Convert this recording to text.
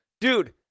dude